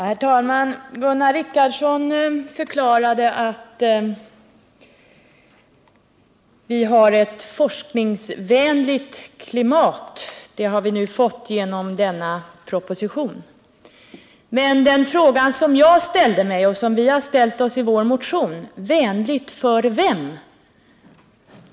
Herr talman! Gunnar Richardson förklarade att vi har ett forskningsvänligt klimat — det har vi nu fått genom denna proposition. Men den fråga som jag har ställt — och som vi har ställt i vår motion — är: Vänligt för vem?